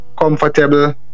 comfortable